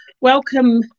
Welcome